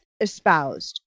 espoused